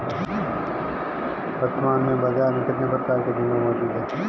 वर्तमान में बाज़ार में कितने प्रकार के बीमा मौजूद हैं?